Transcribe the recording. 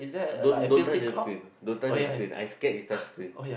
don't don't touch the screen don't touch the screen I scared you touch the screen